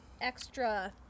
extra